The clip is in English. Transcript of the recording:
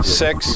six